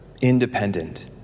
independent